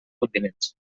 continents